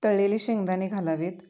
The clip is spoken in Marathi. तळलेले शेंगदाणे घालावेत